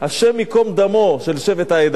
השם ייקום דמו של שבט "העדה",